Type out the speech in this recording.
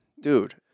Dude